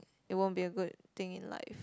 it won't be a good thing in life